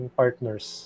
partners